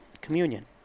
communion